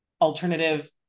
alternative